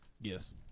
Yes